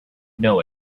know